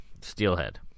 Steelhead